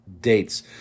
dates